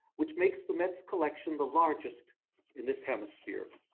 which makes the met's collection, the largest in this hemisphere.